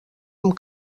amb